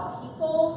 people